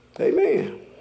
Amen